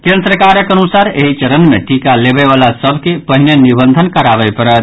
केन्द्र सरकारक अनुसार एहि चरण मे टीका लेबय वला सभ के पहिने निबंधन कराबय पड़त